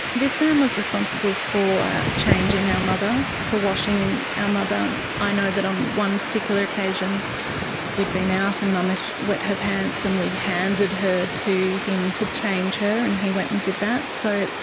this man was responsible for changing our mother, for washing our mother. i know that on one particular occasion we'd been out and mum had wet her pants and we handed her to him to change her and he went and did that, so